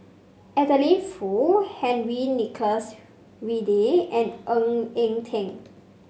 Adeline Foo Henry Nicholas Ridley and Ng Eng Teng